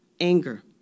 anger